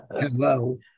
Hello